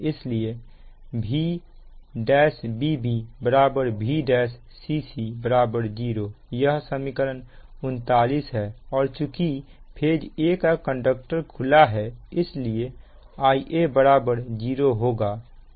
इसलिए Vbb1Vcc10 यह समीकरण 39 है और चुकी फेज a का कंडक्टर खुला है इसलिए Ia 0 होगा